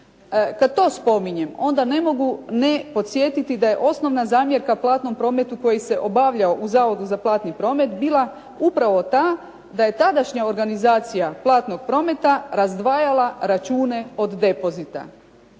Kad to spominjem onda ne mogu ne podsjetiti da je osnovna zamjerka platnom prometu koji se obavljao u Zavodu za platni promet bila upravo ta da je tadašnja organizacija platnog prometa razdvajala račune od depozita.